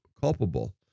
culpable